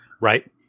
Right